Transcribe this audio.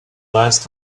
last